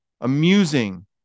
amusing